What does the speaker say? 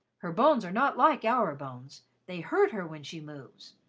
her bones are not like our bones they hurt her when she moves.